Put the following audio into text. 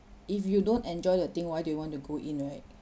if you don't enjoy the thing why do you want to go in right